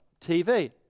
TV